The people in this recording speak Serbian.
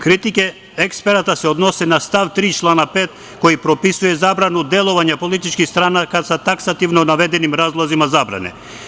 Kritike eksperata se odnose na stav 3. člana 5. koji propisuje zabranu delovanja političkih stranaka sa taksativno navedenim razlozima zabrane.